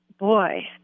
Boy